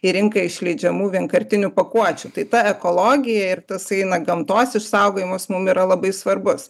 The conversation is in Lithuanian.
į rinką išleidžiamų vienkartinių pakuočių tai ta ekologija ir tasai gamtos išsaugojimas mum yra labai svarbus